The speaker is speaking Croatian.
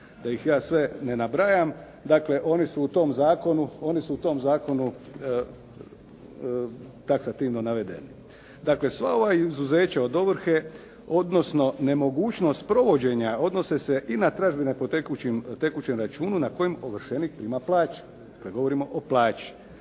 Da ih ja sve ne nabrajam, dakle oni su u tom zakonu taksativno navedeni. Dakle, sva ova izuzeća od ovrhe, odnosno nemogućnost provođenja odnose se i na tražbine po tekućem računu na kojem ovršenik prima plaću, kada govorimo o plaći.